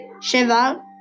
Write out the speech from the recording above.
Cheval